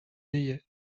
naillet